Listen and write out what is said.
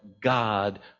God